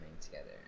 together